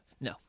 No